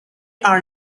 are